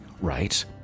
right